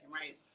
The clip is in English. right